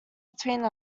between